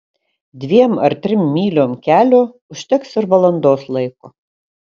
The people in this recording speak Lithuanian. dviem ar trim myliom kelio užteks ir valandos laiko